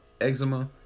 eczema